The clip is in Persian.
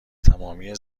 تمامی